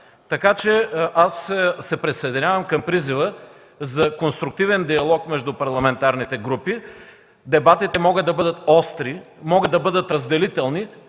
събрание. Аз се присъединявам към призива за конструктивен диалог между парламентарните групи. Дебатите могат да бъдат остри, могат да бъдат разделителни,